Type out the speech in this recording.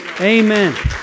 Amen